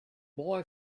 boy